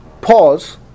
pause